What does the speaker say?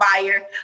buyer